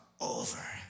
over